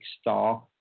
star